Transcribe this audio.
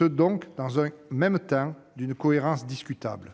dans un « en même temps » d'une cohérence discutable.